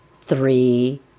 three